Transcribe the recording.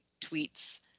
tweets